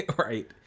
Right